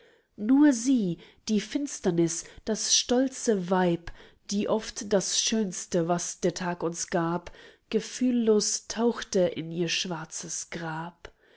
nur sie die finsternis das stolze weib die oft das schönste was der tag uns gab gefühllos tauchte in ihr schwarzes grab